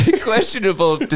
questionable